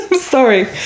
Sorry